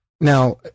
Now